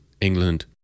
England